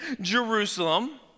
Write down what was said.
Jerusalem